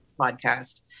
podcast